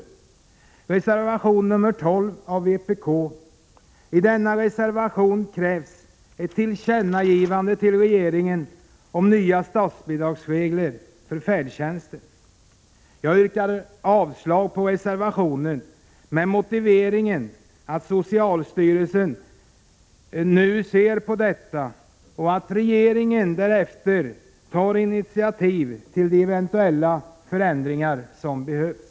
I reservation 12 av vpk krävs ett tillkännagivande till regeringen om nya statsbidragsregler för färdtjänsten. Jag yrkar avslag på reservationen med motiveringen att socialstyrelsen nu ser på detta och att regeringen därefter kommer att ta initiativ till de eventuella förändringar som behövs.